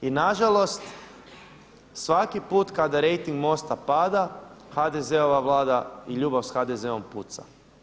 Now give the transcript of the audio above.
I nažalost, svaki put kada rejting MOST-a pada HDZ-ova Vlada i ljubav s HDZ-om puca.